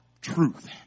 truth